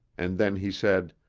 and then he said,